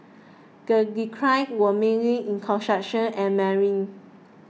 the declines were mainly in construction and marine